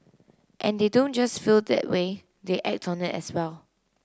and they don't just feel that way they act on it as well